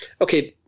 Okay